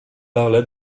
parla